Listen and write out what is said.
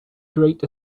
great